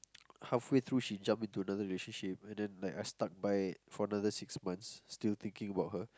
halfway through she jumped into another relationship and then like I stuck by for another six months still thinking about her